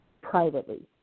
privately